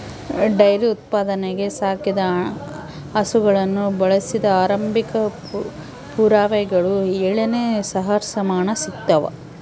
dairy ಉತ್ಪಾದನೆಗೆ ಸಾಕಿದ ಹಸುಗಳನ್ನು ಬಳಸಿದ ಆರಂಭಿಕ ಪುರಾವೆಗಳು ಏಳನೇ ಸಹಸ್ರಮಾನ ಸಿಗ್ತವ